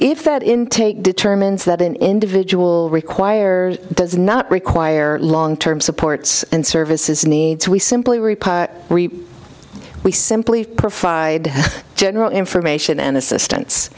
if that intake determines that an individual requires does not require long term supports and services needs we simply reply we simply provide general information and assistance